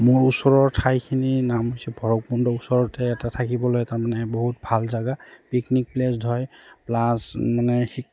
মোৰ ওচৰৰ ঠাইখিনিৰ নাম হৈছে ভৈৰৱকুণ্ড ওচৰতে এটা থাকিবলৈ তাৰমানে বহুত ভাল জেগা পিকনিক প্লেছ হয় প্লাছ মানে